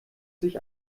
sich